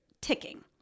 ticking